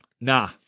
Nah